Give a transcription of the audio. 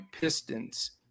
Pistons